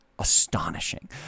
Astonishing